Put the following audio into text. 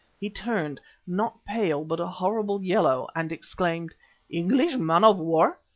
he turned not pale, but a horrible yellow, and exclaimed english man-of-war!